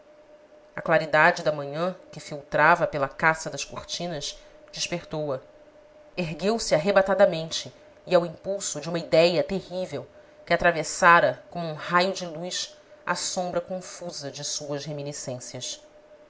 a claridade da manhã que filtrava pela cassa das cortinas despertou a ergueu-se arrebatadamente e ao impulso de uma idéia terrível que atravessara como um raio de luz a sombra confusa de suas reminiscências